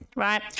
right